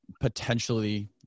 potentially